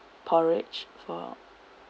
porridge for